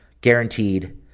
guaranteed